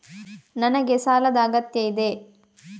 ನನಗೆ ಸಾಲದ ಅಗತ್ಯ ಇದೆ?